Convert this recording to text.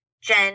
Jen